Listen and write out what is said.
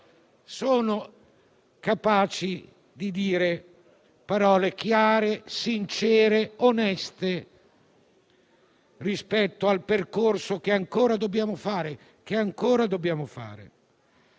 sono capaci di pronunciare parole chiare, sincere e oneste rispetto al percorso che ancora dobbiamo